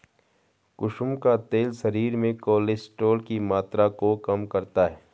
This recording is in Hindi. कुसुम का तेल शरीर में कोलेस्ट्रोल की मात्रा को कम करता है